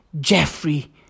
Jeffrey